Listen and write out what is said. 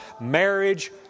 marriage